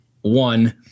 one